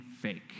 fake